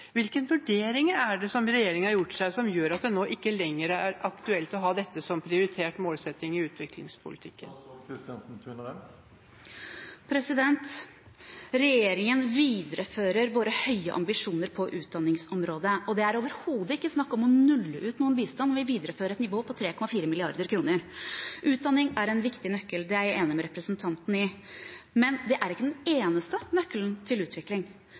vurderinger er det regjeringen har gjort seg som gjør at det nå ikke lenger er aktuelt å ha dette som prioritert målsetting i utviklingspolitikken? Regjeringen viderefører våre høye ambisjoner på utdanningsområdet, og det er overhodet ikke snakk om å nulle ut noe bistand. Vi viderefører et nivå på 3,4 mrd. kr. Utdanning er en viktig nøkkel, det er jeg enig med representanten i, men det er ikke den eneste nøkkelen til utvikling.